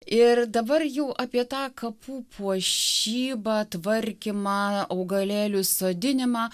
ir dabar jų apie tą kapų puošybą tvarkymą augalėlių sodinimą